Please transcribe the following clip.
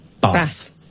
Bath